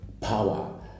power